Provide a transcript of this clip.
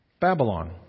Babylon